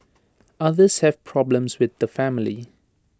others have problems with the family